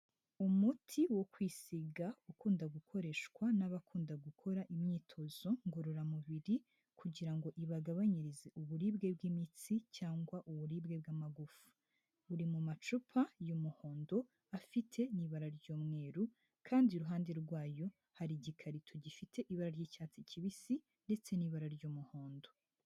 Umuti wo kwisiga ukunda gukoreshwa n'abakunda gukora imyitozo ngororamubiri kugira ngo ibagabanyirize uburibwe bw'imitsi cyangwa uburibwe bw'amagufa, buri mu macupa y'umuhondo afite n'ibara ry'umweru kandi iruhande rwayo hari igikarito gifite ibara ry'icyatsi kibisi ndetse n'ibara ry'umuhondo.